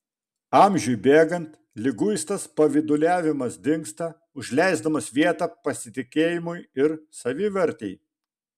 amžiui bėgant liguistas pavyduliavimas dingsta užleisdamas vietą pasitikėjimui ir savivartei